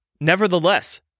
Nevertheless